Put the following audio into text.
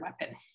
weapon